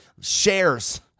shares